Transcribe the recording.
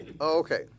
Okay